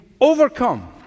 overcome